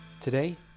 Today